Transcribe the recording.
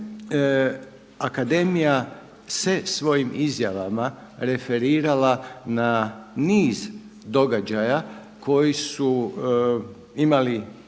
akademija se svojim izjavama referirala na niz događaja koji su imali